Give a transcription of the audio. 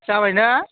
जाबाय ना